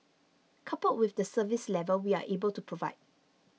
coupled with the service level we are able to provide